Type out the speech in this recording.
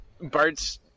Bart's